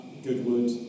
Goodwood